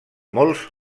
molts